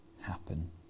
happen